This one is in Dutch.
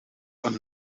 een